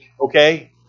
Okay